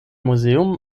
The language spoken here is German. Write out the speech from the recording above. museum